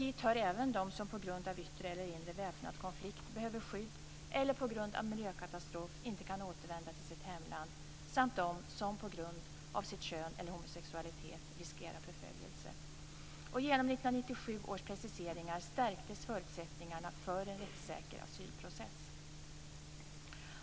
Hit hör även de som på grund av yttre eller inre väpnad konflikt behöver skydd eller på grund av miljökatastrof inte kan återvända till sitt hemland, samt de som på grund av sitt kön eller homosexualitet riskerar förföljelse. Genom 1997 års preciseringar stärktes förutsättningarna för en rättssäker asylprocess.